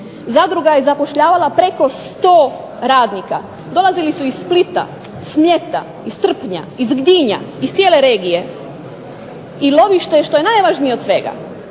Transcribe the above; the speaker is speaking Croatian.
Zadruga je zapošljavala preko 100 radnika, dolazili su iz Splita, s Mljeta, iz Trpnja, iz Dinja, iz cijele regije, i lovište je što je najvažnije od svega